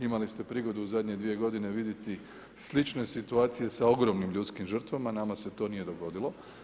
Imali ste prigodu u zadnje dvije godine vidjeti slične situacije sa ogromnim ljudskim žrtvama, nama se to nije dogodilo.